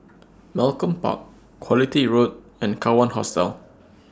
Malcolm Park Quality Road and Kawan Hostel